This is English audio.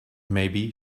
maybe